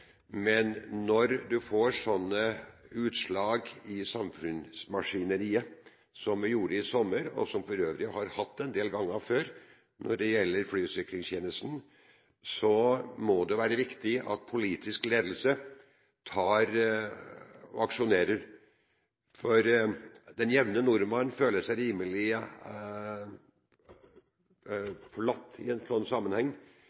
men når man får sånne utslag i samfunnsmaskineriet som det gjorde i sommer – og som vi for øvrig har hatt en del ganger før når det gjelder flysikringstjenesten – må det være riktig at politisk ledelse aksjonerer. Den jevne nordmann føler seg rimelig forlatt i en sånn sammenheng.